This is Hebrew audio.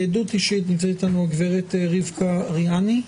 לעדות אישית, נמצאת איתנו הגב' רבקה רעאני.